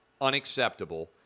unacceptable